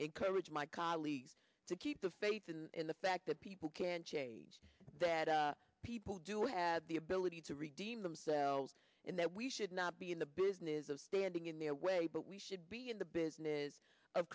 encourage my colleagues to keep the faith in the fact that people can change that people do have the ability to redeem themselves and that we should not be in the business of standing in the away but we should be in the business of